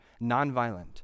Nonviolent